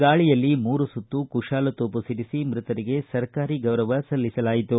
ಗಾಳಿಯಲ್ಲಿ ಮೂರು ಸುತ್ತು ಕುಶಾಲತೋಮ ಸಿಡಿಸಿ ಮ್ವತರಿಗೆ ಸರ್ಕಾರದಿಂದ ಗೌರವ ಸಲ್ಲಿಸಲಾಯಿತು